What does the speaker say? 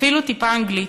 אפילו טיפה אנגלית.